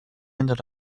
ended